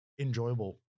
enjoyable